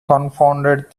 confounded